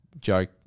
joke